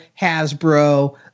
Hasbro